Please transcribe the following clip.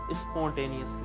spontaneously